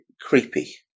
creepy